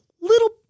little